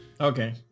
Okay